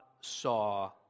saw